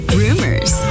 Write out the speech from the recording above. rumors